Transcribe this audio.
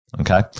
Okay